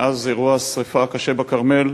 מאז אירוע השרפה הקשה בכרמל